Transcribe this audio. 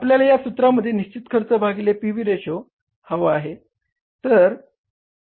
आपल्याला या सूत्रामध्ये निश्चित खर्च भागिले पी व्ही रेशो हवा आहे